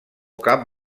cap